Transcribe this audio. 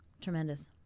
tremendous